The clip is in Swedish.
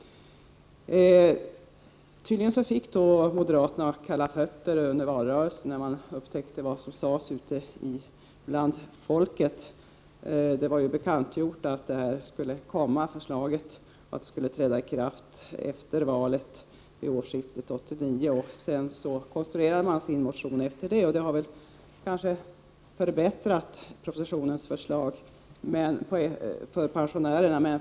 Tydligen fick moderaterna kalla fötter under valrörelsen, när de upptäckte vad som sades ute bland folket. Det var bekantgjort att förslaget skulle komma och att reformen skulle träda i kraft efter valet, vid årsskiftet 1988-1989. Moderaterna konstruerade sin motion med utgångspunkt i detta. Det har kanske lett till förbättringar av förslaget i propositionen för pensionärerna.